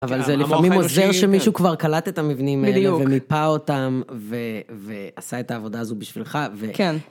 אבל זה לפעמים עוזר שמישהו כבר קלט את המבנים האלה. בדיוק. ומיפה אותם, ועשה את העבודה הזו בשבילך. כן.